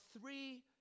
three